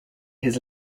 his